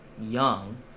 young